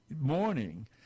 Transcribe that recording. morning